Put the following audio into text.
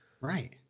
Right